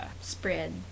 spread